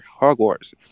Hogwarts